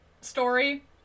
story